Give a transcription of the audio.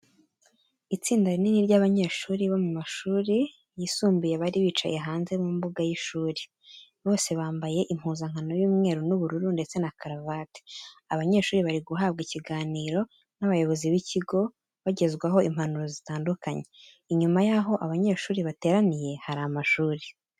Itsinda rinini ry'abanyeshuri bo mu mashuri yisumbuye bari bicaye hanze mu mbuga y'ishuri. Bose bambaye impuzankano y'umweru n'ubururu ndetse na karavate. Abanyeshuri bari guhabwa ikiganiro n'abayobozi b'ikigo, bagezwaho impanuro zitandukanye, inyuma yaho abo banyeshuri bateraniye hari amashuri.